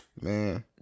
man